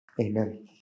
amen